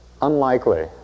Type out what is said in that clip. Unlikely